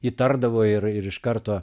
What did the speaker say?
įtardavo ir ir iš karto